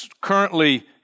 currently